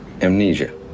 Amnesia